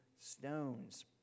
stones